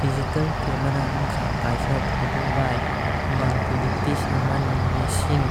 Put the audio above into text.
Digital camera wngkhai kaaisa photo bao mangpili tisamani machine.